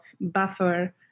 buffer